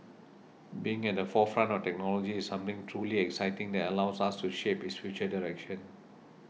being at the forefront of technology is something truly exciting that allows us to shape its future direction